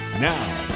Now